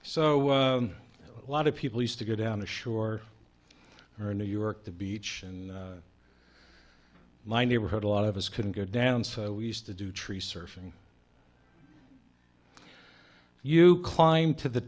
so a lot of people used to go down the shore or new york the beach and my neighborhood a lot of us couldn't go down so we used to do tree surfing you climb to the